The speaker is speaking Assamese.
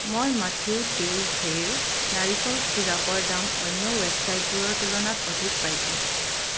মই মাঠিউ টেইসেইৰ নাৰিকল চিৰাপৰ দাম অন্য ৱেবছাইটবোৰৰ তুলনাত অধিক পাইছোঁ